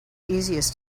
easiest